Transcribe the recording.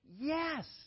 Yes